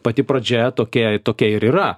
pati pradžia tokia tokia ir yra